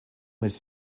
was